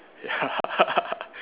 ya